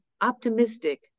optimistic